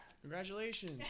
Congratulations